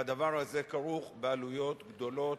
והדבר הזה כרוך בעלויות גדולות,